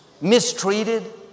Mistreated